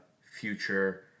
future